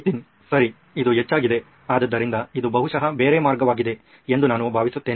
ನಿತಿನ್ ಸರಿ ಇದು ಹೆಚ್ಚಾಗಿದೆ ಆದ್ದರಿಂದ ಇದು ಬಹುಶಃ ಬೇರೆ ಮಾರ್ಗವಾಗಿದೆ ಎಂದು ನಾನು ಭಾವಿಸುತ್ತೇನೆ